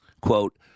Quote